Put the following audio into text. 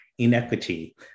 inequity